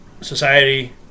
society